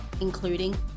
including